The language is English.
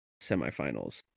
semifinals